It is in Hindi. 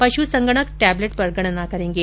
पश् संगणक टैबलेट पर गणना करेंगे